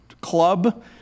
club